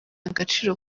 agaciro